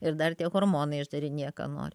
ir dar tie hormonai išdarinėja ką nori